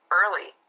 early